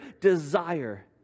desire